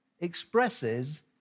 expresses